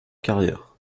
carrière